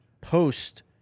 Post